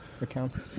accounts